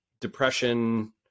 depression